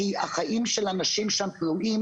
כי החיים של האנשים שם תלויים